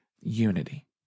unity